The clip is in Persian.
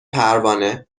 پروانه